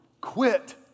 quit